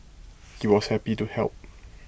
he was happy to help